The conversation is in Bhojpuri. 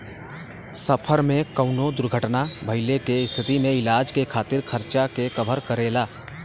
सफर में कउनो दुर्घटना भइले के स्थिति में इलाज के खातिर खर्चा के कवर करेला